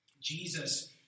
Jesus